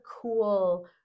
cool